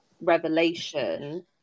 revelation